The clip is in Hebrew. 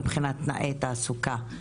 מבחינת תנאי תעסוקה.